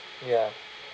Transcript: ya